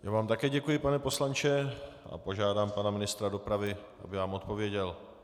Já vám také děkuji, pane poslanče, a požádám pana ministra dopravy, aby vám odpověděl.